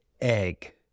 egg